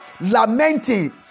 lamenting